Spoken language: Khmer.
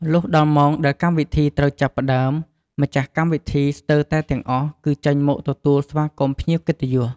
លុះដល់ម៉ោងដែលកម្មវិធីត្រូវចាប់ផ្តើម ម្ចាស់កម្មវិធីស្ទើរតែទាំងអស់គឺចេញមកទទួលស្វាគមន៍ភ្ញៀវកិត្តិយស។